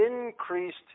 increased